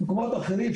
מקומות אחרים,